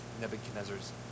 Nebuchadnezzar's